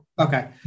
Okay